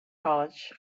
college